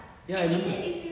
ya I don't know